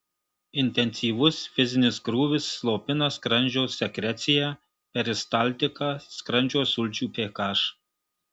intensyvus fizinis krūvis slopina skrandžio sekreciją peristaltiką skrandžio sulčių ph